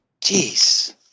Jeez